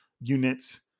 units